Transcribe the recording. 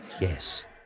Yes